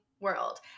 world